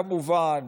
כמובן,